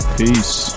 peace